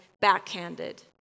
backhanded